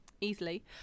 easily